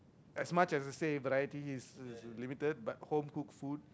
as much as I say but I this is this is limited but homecooked food